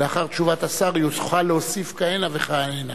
ולאחר תשובת השר, יוכל להוסיף כהנה וכהנה